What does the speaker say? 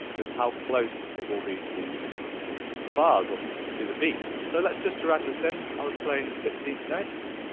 is how close it will be to the bars or to the beats. so let's just drag this in. i was playing sixteenth notes.